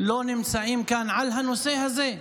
לא נמצאים כאן על הנושא הזה,